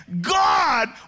God